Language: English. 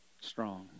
strong